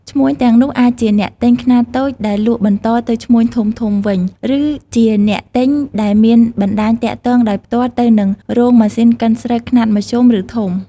ឈ្មួញទាំងនេះអាចជាអ្នកទិញខ្នាតតូចដែលលក់បន្តទៅឈ្មួញធំៗវិញ ឬជាអ្នកទិញដែលមានបណ្តាញទាក់ទងដោយផ្ទាល់ទៅនឹងរោងម៉ាស៊ីនកិនស្រូវខ្នាតមធ្យម ឬធំ។